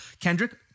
kendrick